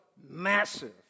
massive